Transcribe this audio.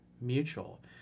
mutual